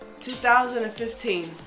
2015